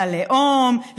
ללאום,